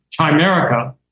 Chimerica